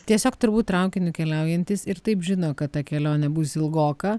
tiesiog turbūt traukiniu keliaujantys ir taip žino kad ta kelionė bus ilgoka